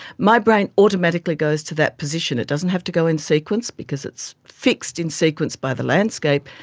my brain automatically goes to that position. it doesn't have to go in sequence because it's fixed in sequence by the landscape,